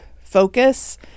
focus